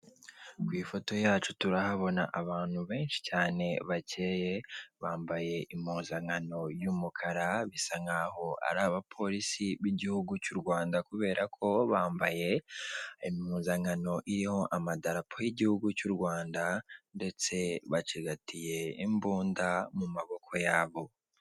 Ku ifoto yacu turahabona abantu benshi cyane bakeye, bambaye impuzankano y'umukara bisa nkaho ari abapolisi b'Igihugu cy'u Rwanda kubera ko bambaye impuzankano yo amadarapo y'Igihugu cy'u Rwanda ndetse bacigatiye imbunda mu maboko ya bo.